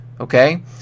Okay